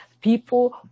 People